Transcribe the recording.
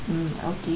mm